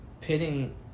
pitting